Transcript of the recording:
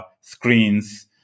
screens